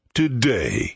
today